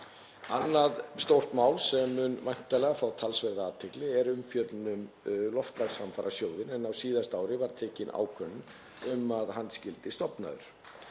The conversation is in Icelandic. Annað stórt mál sem mun væntanlega fá talsverða athygli er umfjöllun um loftslagshamfarasjóðinn, en á síðasta ári var tekin ákvörðun um að hann skyldi stofnaður.